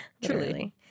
Truly